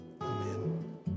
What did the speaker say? Amen